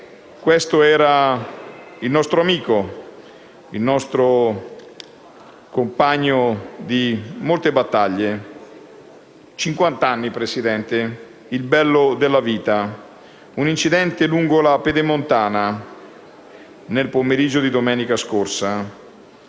Questo era il nostro amico, il nostro compagno di molte battaglie. Cinquant'anni, signor Presidente, il bello della vita; un incidente lungo la pedemontana nel pomeriggio di domenica scorsa.